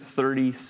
Thirty